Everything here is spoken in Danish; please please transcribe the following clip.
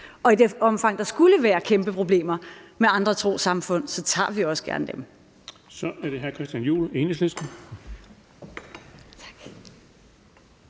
Og i det omfang, der skulle være kæmpe problemer med andre trossamfund, tager vi også gerne dem